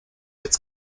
its